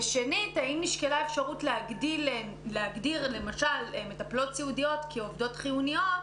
האם נשקלה אפשרות להגדיר מטפלות סיעודיות כעובדות חיוניות